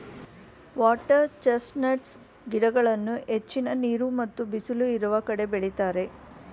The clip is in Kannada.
ವಾಟರ್ ಚೆಸ್ಟ್ ನಟ್ಸ್ ಗಿಡಗಳನ್ನು ಹೆಚ್ಚಿನ ನೀರು ಮತ್ತು ಬಿಸಿಲು ಇರುವ ಕಡೆ ಬೆಳಿತರೆ